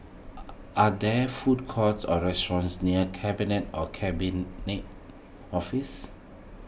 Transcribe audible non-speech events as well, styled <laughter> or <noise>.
<hesitation> are there food courts or restaurants near Cabinet and Cabinet Office